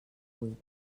vuit